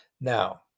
Now